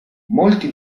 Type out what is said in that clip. molti